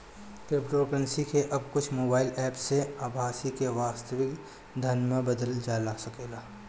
cryptocurrency के अब कुछ मोबाईल एप्प से आभासी से वास्तविक धन में बदलल जा सकेला